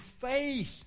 faith